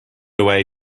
away